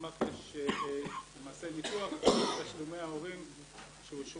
למסמך יש למעשה ניתוח של תשלומי ההורים שאושרו